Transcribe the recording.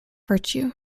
virtue